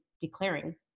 declaring